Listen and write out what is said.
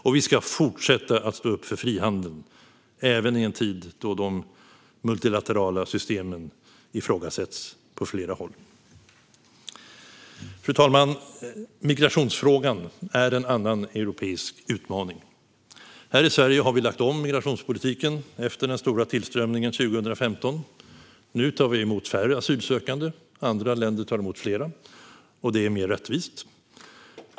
Vi ska också fortsätta att stå upp för frihandeln - även i en tid då de multilaterala systemen ifrågasätts på flera håll. Fru talman! Migrationsfrågan är en annan europeisk utmaning. Här i Sverige har vi lagt om migrationspolitiken efter den stora tillströmningen 2015. Nu tar vi emot färre asylsökande, medan andra tar emot fler. Det är mer rättvist.